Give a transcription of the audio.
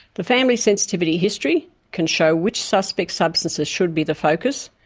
the family sensitivity history can show which suspect substances should be the focus,